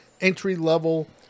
entry-level